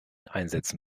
einsätzen